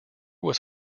was